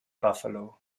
buffalo